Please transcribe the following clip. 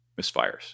misfires